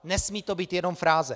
Nesmí to být jenom fráze.